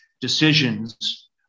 decisions